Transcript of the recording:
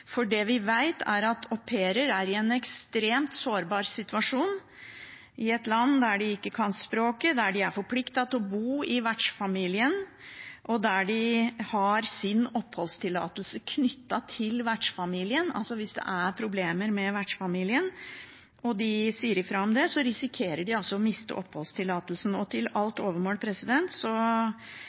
for det vi vet, er at au pairer er i en ekstremt sårbar situasjon – i et land der de ikke kan språket, der de er forpliktet til å bo i vertsfamilien, og der de har sin oppholdstillatelse knyttet til vertsfamilien. Altså: Hvis det er problemer med vertsfamilien, og de sier ifra om det, risikerer de å miste oppholdstillatelsen. Til alt overmål